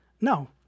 No